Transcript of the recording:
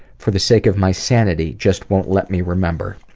for the sake of my sanity, just won't let me remember.